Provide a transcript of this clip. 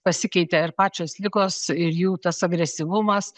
pasikeitė ir pačios ligos ir jų tas agresyvumas